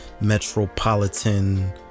metropolitan